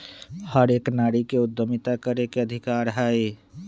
हर एक नारी के उद्यमिता करे के अधिकार हई